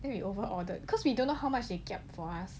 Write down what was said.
then we over ordered cause we don't know how much they kiap for us